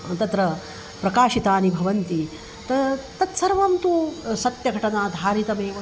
तत्र प्रकाशितानि भवन्ति त तत्सर्वं तु सत्यघटनाधारितमेव